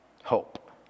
hope